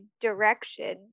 direction